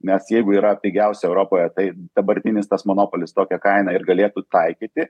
nes jeigu yra pigiausia europoje tai dabartinis tas monopolis tokią kainą ir galėtų taikyti